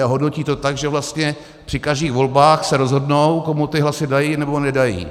A hodnotí to tak, že vlastně při každých volbách se rozhodnou, komu ty hlasy dají, nebo nedají.